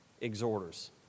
exhorters